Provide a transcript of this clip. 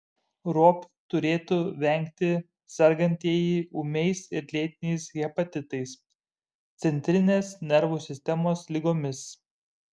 ropių turėtų vengti sergantieji ūmiais ir lėtiniais hepatitais centrinės nervų sistemos ligomis